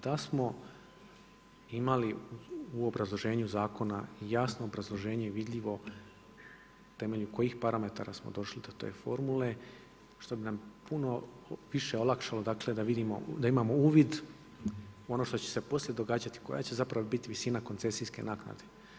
Da smo imali u obrazloženju zakona jasno obrazloženje vidljivo na temelju kojih parametara smo došli do te formule, što bi nam puno više olakšalo da imamo uvid u ono što će se poslije događati, koja će zapravo biti visina koncesijske naknade.